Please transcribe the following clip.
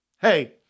Hey